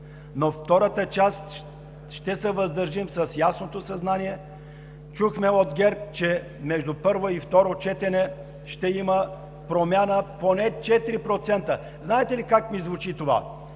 по втората част ще се въздържим с ясното съзнание. Чухме от ГЕРБ, че между първо и второ четене ще има промяна поне 4%. Знаете ли как ми звучи това?